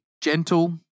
gentle